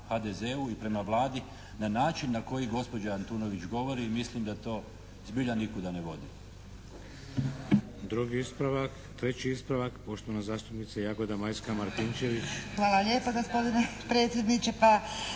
HDZ-u i prema Vladi na način na koji gospođa Antunović govori i mislim da to zbilja nikuda ne vodi.